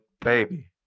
Baby